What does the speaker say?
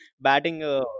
batting